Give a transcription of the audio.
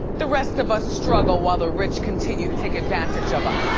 the rest of us struggle while the rich continue to take advantage of us.